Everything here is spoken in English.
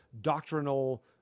doctrinal